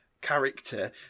character